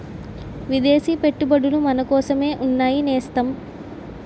విదేశీ పెట్టుబడులు మనకోసమే ఉన్నాయి నేస్తం